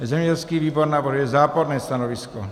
Zemědělský výbor navrhuje záporné stanovisko.